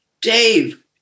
Dave